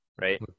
right